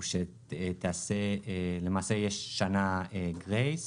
הוא שלמעשה יש שנה גרייס,